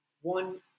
one